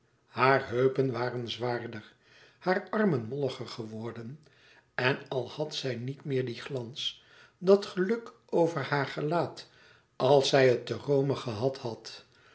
haar heupen waren zwaarder haar armen molliger geworden en al had zij niet meer dien glans dat geluk over haar gelaat als zij het te rome gehad had